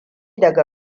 daga